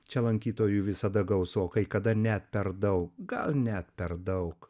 čia lankytojų visada gausokai kada net per daug gal net per daug